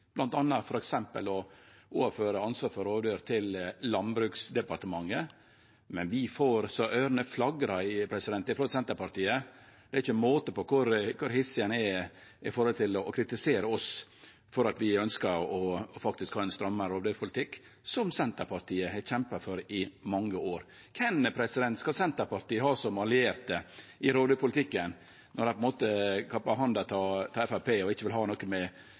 å overføre ansvaret for rovdyra til Landbruks- og matdepartementet. Men vi får så øyra flagrar frå Senterpartiet. Det er ikkje måte på kor hissig ein er når det gjeld å kritisere oss for at vi faktisk ønskjer ein strammare rovdyrpolitikk, noko som Senterpartiet har kjempa for i mange år. Kven skal Senterpartiet ha som allierte i rovdyrpolitikken når dei på ein måte kappar handa av Framstegspartiet og ikkje vil ha noko å gjere med